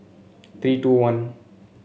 three two one